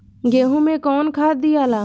गेहूं मे कौन खाद दियाला?